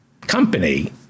company